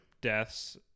deaths